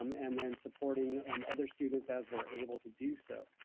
um and then supporting other students as we're able to do so.